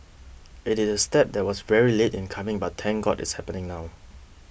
it is a step that was very late in coming but thank God it's happening now